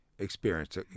experience